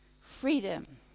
freedom